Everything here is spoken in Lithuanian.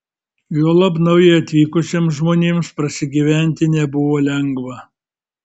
juolab naujai atvykusiems žmonėms prasigyventi nebuvo lengva